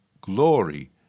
glory